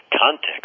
context